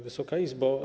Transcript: Wysoka Izbo!